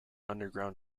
underground